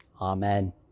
Amen